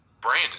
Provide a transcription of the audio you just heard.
Brandon